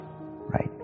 right